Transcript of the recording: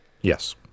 Yes